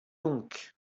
donc